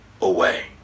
away